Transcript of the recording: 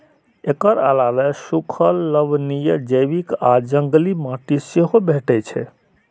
एकर अलावे सूखल, लवणीय, जैविक आ जंगली माटि सेहो भेटै छै